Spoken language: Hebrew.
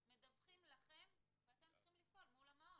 מדווחים לכם ואתם צריכים לפעול מול המעון.